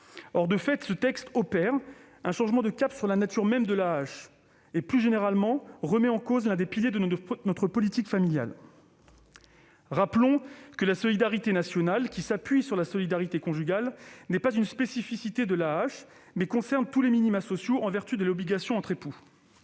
de loi opère de fait un changement de cap sur la nature même de l'AAH et remet plus généralement en cause l'un des piliers de notre politique familiale. Rappelons que la solidarité nationale, qui s'appuie sur la solidarité conjugale, n'est pas une spécificité de l'AAH, mais concerne tous les minima sociaux en vertu des obligations entre époux.